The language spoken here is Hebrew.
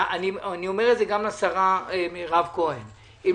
אני אומר את זה גם לשרה מירב כהן אם